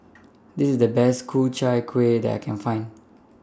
This IS The Best Ku Chai Kuih that I Can Find